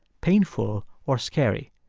painful or scary.